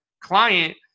client